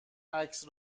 عکس